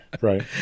Right